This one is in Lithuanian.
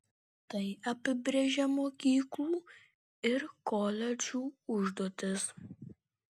tai apibrėžia mokyklų ir koledžų užduotis